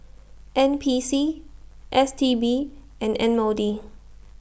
N P C S T B and M O D